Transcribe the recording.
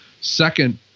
Second